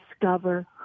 discover